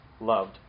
loved